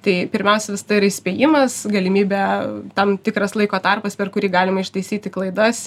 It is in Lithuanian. tai pirmiausia visada yra įspėjimas galimybė tam tikras laiko tarpas per kurį galima ištaisyti klaidas